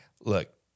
Look